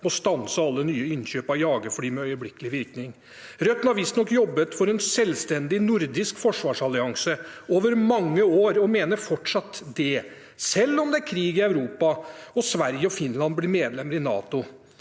må stanse alle nye innkjøp av jagerfly med øyeblikkelig virkning. Rødt har visstnok jobbet for en selvstendig nordisk forsvarsallianse over mange år og er fortsatt for det, selv om det er krig i Europa, og selv om Sverige og Finland blir medlemmer i NATO.